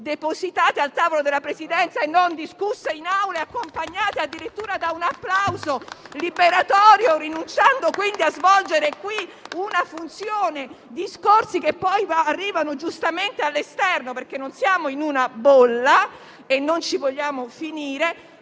depositate al tavolo della Presidenza e non discusse in Assemblea, accompagnate addirittura da un applauso liberatorio, con la rinuncia quindi a svolgere una funzione. Sono discorsi che poi arrivano all'esterno, perché non siamo in una bolla e non ci vogliamo finire.